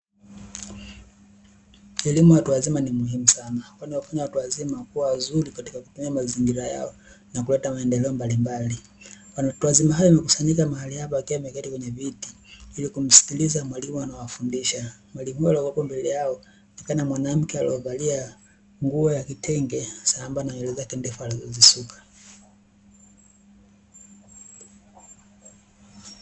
Elimu ya watu wazima ni muhimu sana watu wazima huwa wazuri, katika kufanya mazingira yao na kuweka maendeleo mbalimbali kwenye viti ili kumsikiliza mwalimu, anawafundisha mali bora yao ni kama mwanamke, aliyevalia nguo ya kitenge sambamba na nywele zake ndefu alizo zisuka.